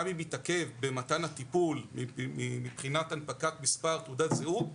גם אם התעכב במתן הטיפול מבחינת הנפקת מספר תעודת זהות,